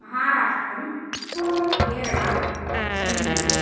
महाराष्ट्रं केरला तमिल्नाडु